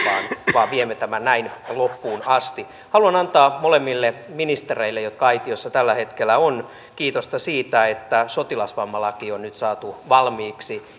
vaan viemme tämän näin loppuun asti haluan antaa molemmille ministereille jotka aitiossa tällä hetkellä ovat kiitosta siitä että sotilasvammalaki on nyt saatu valmiiksi